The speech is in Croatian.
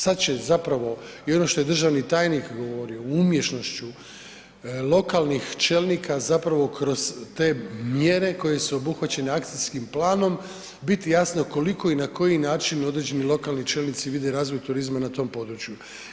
Sad će zapravo i ono što je državni tajnik govorio o umješnošću lokalnih čelnika zapravo kroz te mjere koje su obuhvaćene akcijskim planom biti jasne u koliko i na koji način određeni lokalni čelnici vide razvoj turizma na tom području.